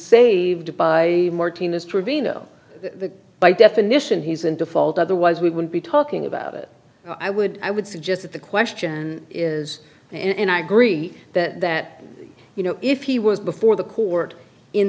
saved by more tina's trevino by definition he's in default otherwise we wouldn't be talking about it i would i would suggest that the question is and i agree that that you know if he was before the court in